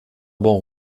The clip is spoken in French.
bancs